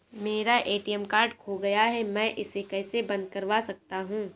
मेरा ATM card खो गया है मैं इसे कैसे बंद करवा सकता हूँ?